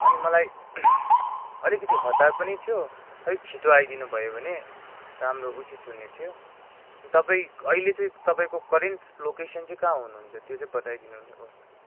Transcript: अनि मलाई अलिकति हतार पनि थियो अलिक छिटो आइदिनुभयो भने राम्रो उचित हुने थियो तपाईँ अहिले चाहिँ तपाईँको करेन्ट लोकेसन चाहिँ कहाँ हुनुहुन्छ त्यो चाहिँ बताइदिनुहोस् न